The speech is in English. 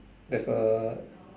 there's a